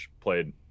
played